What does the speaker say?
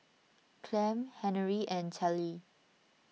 Clem Henery and Tallie